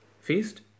feast